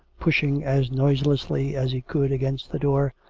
pushing as noiselessly as he could against the door,